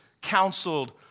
counseled